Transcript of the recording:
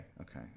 okay